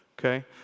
Okay